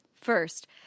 First